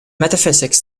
metaphysics